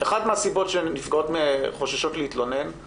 אחת מהסיבות שהנפגעות חוששות להתלונן היא